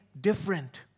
different